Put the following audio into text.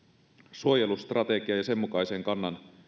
suojelustrategiaan ja sen mukaiseen kannan